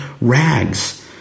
rags